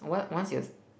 what once yours